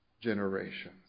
generations